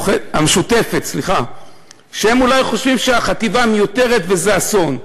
מהרשימה המשותפת שהם אולי חושבים שהחטיבה מיותרת וזה אסון,